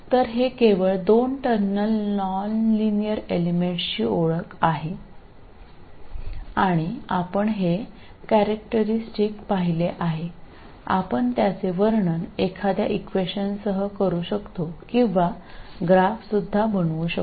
तर हे केवळ दोन टर्मिनल नॉनलिनियर एलिमेंट्सची ओळख आहे आणि आपण हे कॅरेक्टरीस्टिक पाहिले आहे आपण त्याचे वर्णन एखाद्या इक्वेशनसह करू शकतो किंवा ग्राफ बनवू शकतो